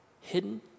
hidden